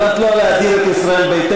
על מנת לא להדיר את ישראל ביתנו,